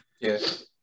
Yes